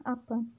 आपण